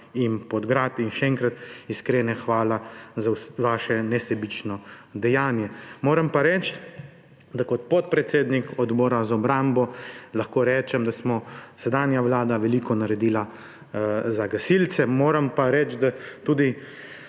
in Podgrad. Še enkrat iskrena hvala za vaše nesebično dejanje. Kot podpredsednik Odbora za obrambo lahko rečem, da smo sedanja vlada veliko naredili za gasilce. Moram pa reči tudi,